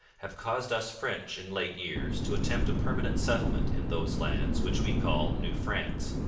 have caused us french in late years to attempt a permanent settlement in those lands which we call new france,